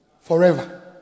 forever